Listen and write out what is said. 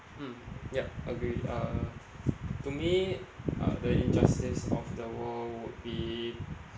mm yup agree uh to me uh the injustice of the world would be